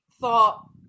thought